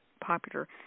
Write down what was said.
popular